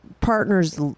partner's